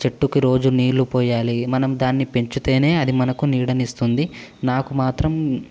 చెట్టుకి రోజు నీళ్లు పోయాలి మనం దాన్ని పెంచుతూనే అది మనకు నీడనిస్తుంది నాకు మాత్రం